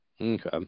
Okay